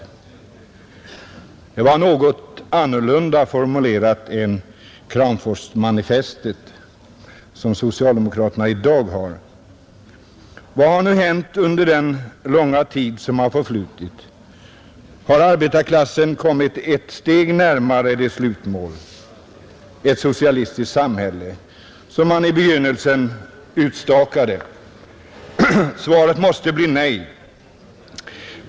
Det var något annorlunda formulerat än Kramforsmanifestet, som socialdemokraterna i dag har. Vad har nu hänt under den långa tid som förflutit? Har arbetarklassen kommit ett steg närmare det slutmål, ett socialistiskt samhälle, som man i begynnelsen utstakade? Svaret måste bli nej.